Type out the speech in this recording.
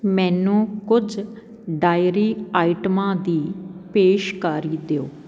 ਮੈਨੂੰ ਕੁਝ ਡਾਇਰੀ ਆਈਟਮਾਂ ਦੀ ਪੇਸ਼ਕਾਰੀ ਦਿਓ